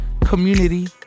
community